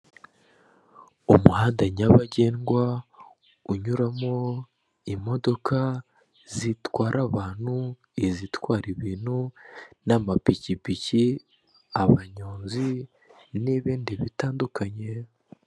Umuhanda nyabagendwa unyuramo imodoka zitwara abantu izitwara ibintu n'amapikipiki abanyonzi n'ibindi bitandukanye.